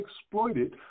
exploited